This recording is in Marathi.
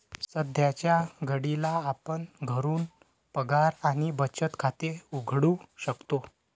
सध्याच्या घडीला आपण घरून पगार आणि बचत खाते उघडू शकतो